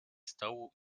stołu